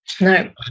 No